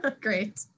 Great